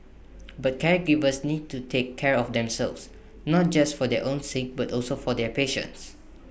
but caregivers need to take care of themselves not just for their own sake but also for their patients